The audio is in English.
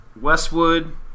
Westwood